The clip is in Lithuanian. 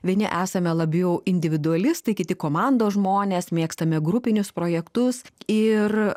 vieni esame labiau individualistai kiti komandos žmonės mėgstame grupinius projektus ir